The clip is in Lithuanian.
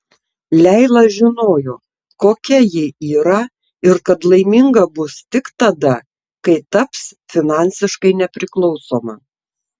leila žinojo kokia ji yra ir kad laiminga bus tik tada kai taps finansiškai nepriklausoma